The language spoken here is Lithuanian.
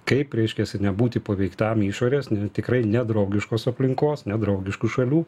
kaip reiškiasi nebūti paveiktam išorės ne tikrai nedraugiškos aplinkos nedraugiškų šalių